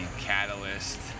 catalyst